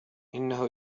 إنه